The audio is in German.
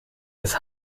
des